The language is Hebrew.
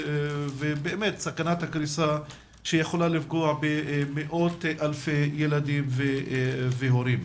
ובאמת סכנת הקריסה שעלולה לפגוע במאות אלפי ילדים והורים.